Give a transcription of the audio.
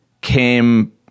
came